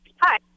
Hi